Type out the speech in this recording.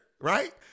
right